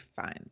fine